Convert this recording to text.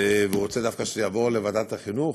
והוא רוצה דווקא שזה יעבור לוועדת החינוך,